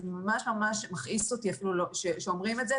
זה ממש ממש מכעיס אותי אפילו שאומרים את זה.